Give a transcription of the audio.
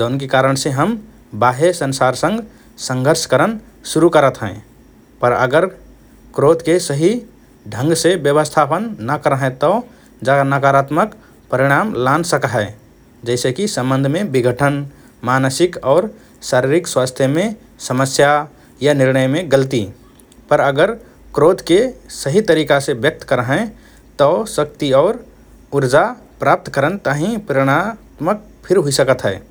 जौनकि कारणसे हम बाह्य संसारसँग संघर्ष करन शुरु करत हएँ । पर अगर क्रोधके सही ढंगसे व्यवस्थापन ना करहएँ तओ जा नकारात्मक परिणाम लान सक्हए, जैसे कि सम्बन्धन्मे विघटन, मानसिक और शारीरिक स्वास्थ्यमे समस्या या निर्णयमे गल्ती । पर अगर क्रोधके सही तरिकासे व्यक्त कर्हएँ तओ शक्ति और ऊर्जा प्राप्त करन ताहिँ प्रेरणात्मक फिर हुइ सकत हए ।